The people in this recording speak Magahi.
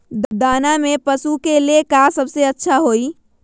दाना में पशु के ले का सबसे अच्छा होई?